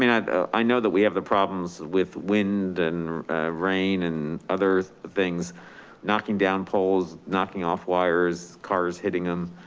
mean, i ah i know that we have the problems with wind and rain and other things knocking down poles, knocking off wires, cars, hitting them,